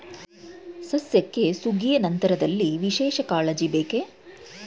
ಸಸ್ಯಕ್ಕೆ ಸುಗ್ಗಿಯ ನಂತರದಲ್ಲಿ ವಿಶೇಷ ಕಾಳಜಿ ಬೇಕೇ?